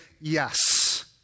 yes